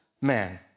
man